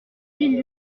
gilles